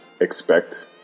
expect